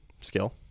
skill